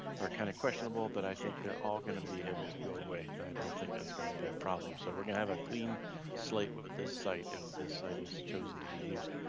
are kinda questionable but i think they're all gonna be able to go away, i don't think that's gonna be a problem. so we're gonna have a clean slate with this site, if this site is chosen to be used.